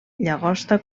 llagosta